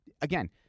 again